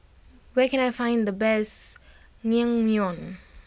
where can I find the best Naengmyeon